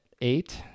eight